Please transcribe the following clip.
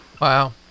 Wow